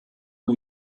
new